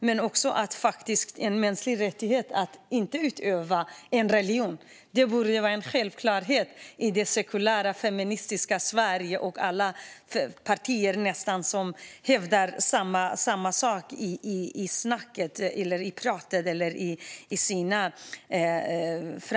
Men det är faktiskt också en mänsklig rättighet att inte utöva en religion, och det borde vara en självklarhet i det sekulära, feministiska Sverige och för alla partier, nästan, som hävdar samma sak.